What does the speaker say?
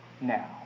now